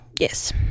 Yes